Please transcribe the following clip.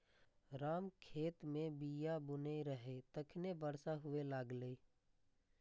राम खेत मे बीया बुनै रहै, तखने बरसा हुअय लागलै